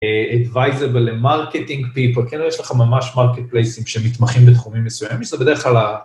Advisable ל marketing people, יש לך ממש מרקט פלייסים שמתמחים בתחומים מסוימים, יש לך בדרך כלל